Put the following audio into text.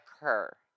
occur